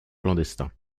clandestin